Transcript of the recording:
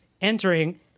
entering